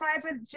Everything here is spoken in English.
private